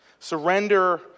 Surrender